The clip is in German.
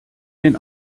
den